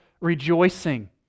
rejoicing